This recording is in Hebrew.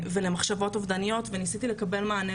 ואני חייבת בגלל שהדיון